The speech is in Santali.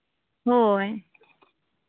ᱦᱳᱭ